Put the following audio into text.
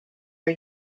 are